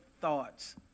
thoughts